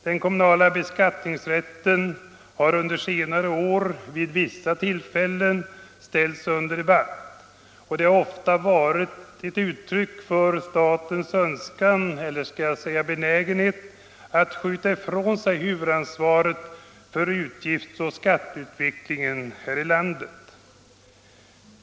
Den kommunala beskattningsrätten har under senare år vid vissa tillfällen ställts under debatt, och det har ofta varit ett uttryck för statens önskan — eller skall jag säga benägenhet — att skjuta ifrån sig huvudansvaret för utgiftsoch skatteutvecklingen här i landet.